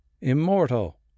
immortal